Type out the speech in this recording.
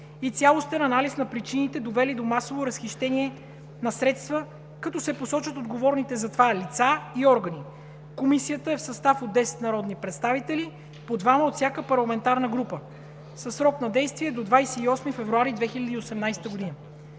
и цялостен анализ на причините, довели до масово разхищаване на средства, като се посочат отговорните за това лица и органи. Комисията е в състав от 10 народни представители – по двама от всяка парламентарна група, със срок на действие 28 февруари 2018 г.